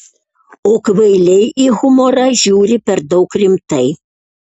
o kvailiai į humorą žiūri per daug rimtai